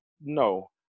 No